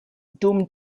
dum